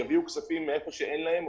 יביאו כספים מאיפה שאין להם,